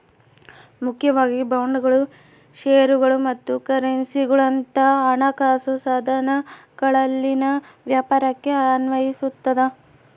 ಮುಖ್ಯವಾಗಿ ಬಾಂಡ್ಗಳು ಷೇರುಗಳು ಮತ್ತು ಕರೆನ್ಸಿಗುಳಂತ ಹಣಕಾಸು ಸಾಧನಗಳಲ್ಲಿನ ವ್ಯಾಪಾರಕ್ಕೆ ಅನ್ವಯಿಸತದ